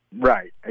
Right